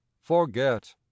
forget